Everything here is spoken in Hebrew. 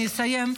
אני אסיים,